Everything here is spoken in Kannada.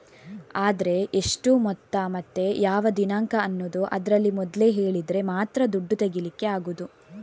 ಆದ್ರೆ ಎಷ್ಟು ಮೊತ್ತ ಮತ್ತೆ ಯಾವ ದಿನಾಂಕ ಅನ್ನುದು ಅದ್ರಲ್ಲಿ ಮೊದ್ಲೇ ಹೇಳಿದ್ರೆ ಮಾತ್ರ ದುಡ್ಡು ತೆಗೀಲಿಕ್ಕೆ ಆಗುದು